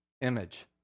image